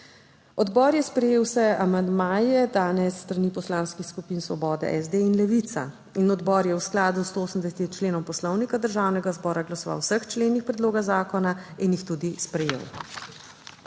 Odbor je sprejel vse amandmaje, dane s strani poslanskih skupin Svoboda, SD in Levica. Odbor je v skladu s 180. členom Poslovnika Državnega zbora glasoval o vseh členih predloga zakona in jih tudi sprejel.